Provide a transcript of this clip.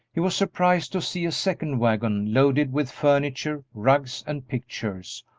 he was surprised to see a second wagon, loaded with furniture, rugs, and pictures,